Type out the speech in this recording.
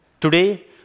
Today